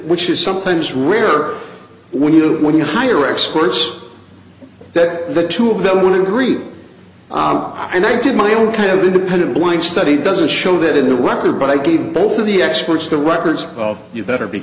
which is something is rare when you when you hire experts that the two of them want to greet i'm and i did my own kind of independent blind study doesn't show that in the record but i keep both of the experts the records of you better be